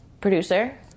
Producer